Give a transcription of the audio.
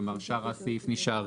כלומר, שאר הסעיף נשאר